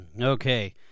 Okay